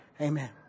Amen